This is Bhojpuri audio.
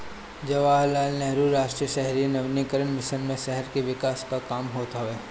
जवाहरलाल नेहरू राष्ट्रीय शहरी नवीनीकरण मिशन मे शहर के विकास कअ काम होत हवे